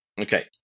Okay